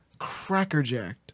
crackerjacked